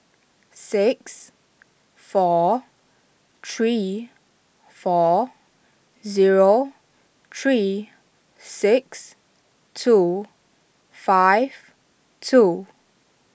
six four three four zero three six two five two